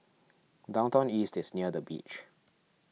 Downtown East is near the beach